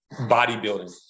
bodybuilding